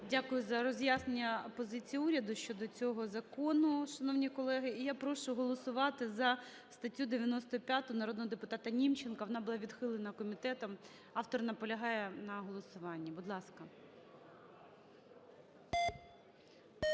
Дякую за роз'яснення позиції уряду щодо цього закону. Шановні колеги, і я прошу голосувати за статтю 95 народного депутата Німченка, вона була відхилена комітетом. Автор наполягає на голосуванні. Будь ласка.